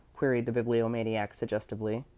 queried the bibliomaniac, suggestively.